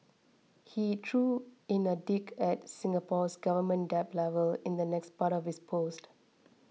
he threw in a dig at Singapore's government debt levels in the next part of his post